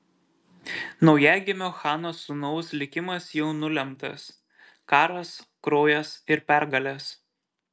naujagimio chano sūnaus likimas jau nulemtas karas kraujas ir pergalės